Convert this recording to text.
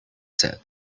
said